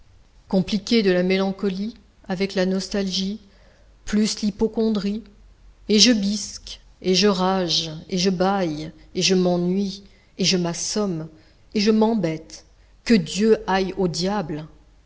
compliqué de la mélancolie avec la nostalgie plus l'hypocondrie et je bisque et je rage et je bâille et je m'ennuie et je m'assomme et je m'embête que dieu aille au diable